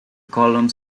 columns